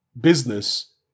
business